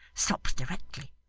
stops directly.